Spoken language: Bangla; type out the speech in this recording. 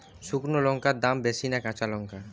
শুক্নো লঙ্কার দাম বেশি না কাঁচা লঙ্কার?